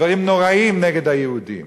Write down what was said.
דברים נוראיים נגד היהודים